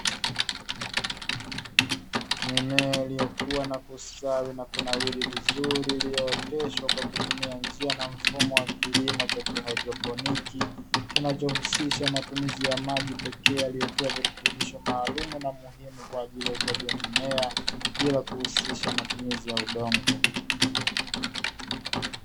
Mimea iliyo kua na kustawi na kunawili vizuri iliyooteshwa kwa kutumia njia na mfumo wa kilimo cha kihaidroponi, kinacho husisha matumizi ya maji pekee yaliyo tiwa virutubisho maalumu na muhimu kwa ajili ya ukuaji wa mimea bila kuhusisha matumizi ya udongo.